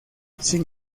sin